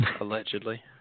Allegedly